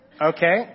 Okay